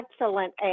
excellent